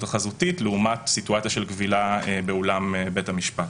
החזותית לעומת סיטואציה של כבילה באולם בית המשפט.